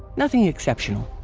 nothing exceptional.